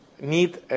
need